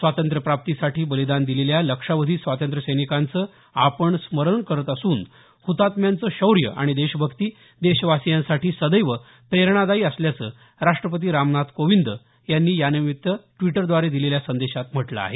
स्वातंत्र्यप्राप्तीसाठी बलिदान दिलेल्या लक्षावधी स्वातंत्र्य सैनिकांचं आपण स्मरण करत असून हृतात्म्यांचं शौर्य आणि देशभक्ती देशवासीयांसाठी सदैव प्रेरणादायी असल्याचं राष्ट्रपती रामनाथ कोविंद यांनी यानिमित्त ड्विटरद्वारे दिलेल्या संदेशात म्हटलं आहे